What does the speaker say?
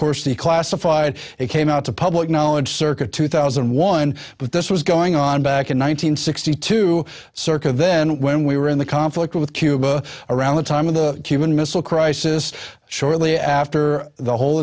course the classified it came out to public knowledge circa two thousand and one but this was going on back in one thousand nine hundred sixty two circa then when we were in the conflict with cuba around the time of the cuban missile crisis shortly after the whole